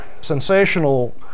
sensational